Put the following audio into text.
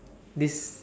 this